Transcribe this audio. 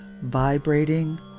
vibrating